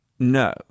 No